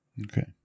Okay